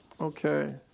Okay